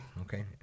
Okay